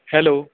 hello